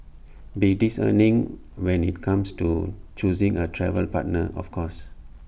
be discerning when IT comes to choosing A travel partner of course